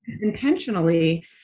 intentionally